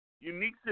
unique